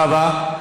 תודה רבה.